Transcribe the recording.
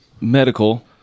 medical